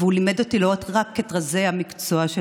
תודה רבה.